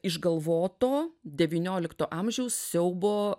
išgalvoto devyniolikto amžiaus siaubo